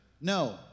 No